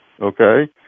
okay